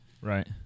Right